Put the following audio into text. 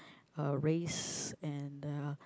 uh race and uh